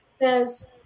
Says